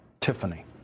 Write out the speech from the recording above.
Tiffany